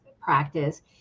practice